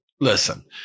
Listen